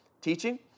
teaching